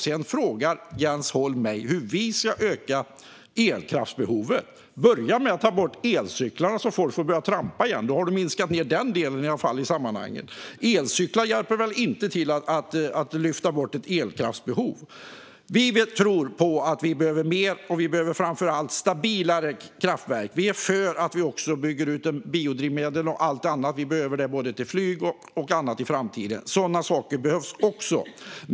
Sedan frågar Jens Holm mig hur vi ska lösa elkraftsbehovet. Börja med att ta bort elcyklarna så att folk får börja trampa igen! Då har vi i alla fall minskat den delen i sammanhanget, för elcyklar hjälper väl inte till att lyfta bort ett elkraftsbehov. Vi tror på att vi behöver fler och framför allt stabilare kraftverk. Vi är för att också bygga ut biodrivmedel och allt annat. Vi behöver det både till flyg och till annat i framtiden. Sådana saker behövs också.